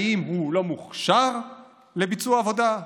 האם הוא לא מוכשר לביצוע עבודה?